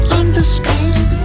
understand